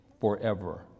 forever